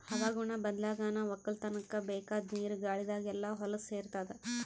ಹವಾಗುಣ ಬದ್ಲಾಗನಾ ವಕ್ಕಲತನ್ಕ ಬೇಕಾದ್ ನೀರ ಗಾಳಿದಾಗ್ ಎಲ್ಲಾ ಹೊಲಸ್ ಸೇರತಾದ